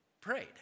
prayed